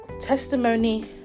testimony